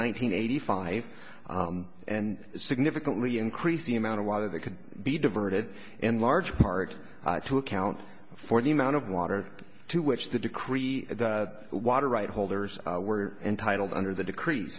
hundred eighty five and significantly increased the amount of water that could be diverted in large part to account for the amount of water to which the decree the water rights holders were entitled under the decree